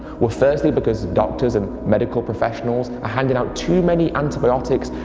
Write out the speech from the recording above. well firstly because doctors and medical professionals are handing out too many antibiotics,